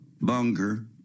bunker